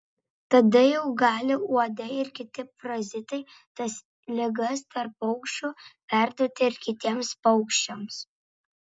tada jau gali uodai ir kiti parazitai tas ligas tarp paukščių perduoti ir kitiems paukščiams